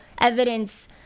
evidence